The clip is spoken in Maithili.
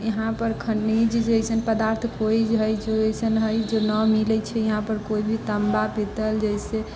यहाँपर खनिज जैसन पदार्थ कोइ हइ जो अइसन हइ जो न मिलैत छै यहाँपर कोइ भी ताम्बा पीतल जैसे